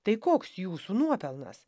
tai koks jūsų nuopelnas